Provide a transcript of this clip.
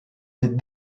les